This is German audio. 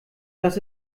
das